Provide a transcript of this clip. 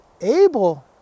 Abel